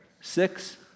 Six